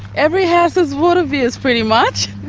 every house has water views pretty much.